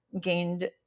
gained